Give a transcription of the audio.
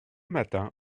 matin